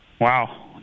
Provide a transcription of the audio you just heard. Wow